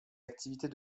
activités